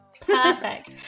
perfect